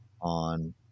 on